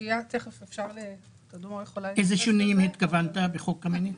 לאלו שינויים התכוונת בחוק קמיניץ?